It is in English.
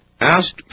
asked